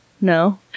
No